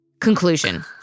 Conclusion